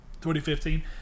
2015